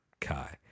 Kai